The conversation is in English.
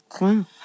wow